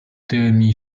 tymi